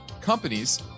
companies